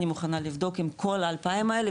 אני מוכנה לבדוק עם כל ה-2,000 האלה,